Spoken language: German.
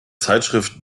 zeitschrift